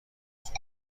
درست